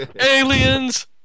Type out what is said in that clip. Aliens